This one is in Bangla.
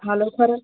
ভালো খারাপ